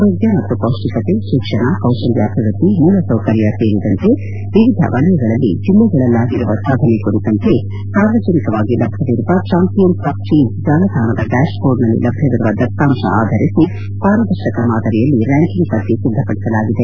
ಆರೋಗ್ಯ ಮತ್ತು ಪೌಷ್ಟಿಕತೆ ಶಿಕ್ಷಣ ಕೌಶಾಲ್ಯಭಿವೃದ್ಧಿ ಮೂಲಸೌಕರ್ತ ಸೇರಿದಂತೆ ವಿವಿಧ ವಲಯಗಳಲ್ಲಿ ಜೆಲ್ಲೆಗಳಲ್ಲಾಗಿರುವ ಸಾಧನೆ ಕುರಿತಂತೆ ಸಾರ್ವಜನಿಕವಾಗಿ ಲಭ್ಯವಿರುವ ಚಾಂಪಿಯನ್ಸ್ ಆಫ್ ಚೇಂಜ್ ಜಾಲತಾಣದ ಡ್ಕಾಶ್ಬೋರ್ಡ್ನಲ್ಲಿ ಲಭ್ಯವಿರುವ ದತ್ತಾಂಶ ಆಧರಿಸಿ ಪಾರದರ್ಶಕ ಮಾದರಿಯಲ್ಲಿ ರ್ಕಾಕಿಂಗ್ ಪಟ್ಟಿ ಸಿದ್ಧಪಡಿಸಲಾಗಿದೆ